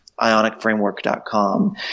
ionicframework.com